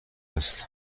است